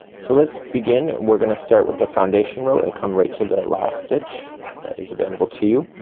so let's begin. we're gonna start with the foundation row, and come right to the last stitch that is available to you,